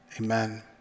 Amen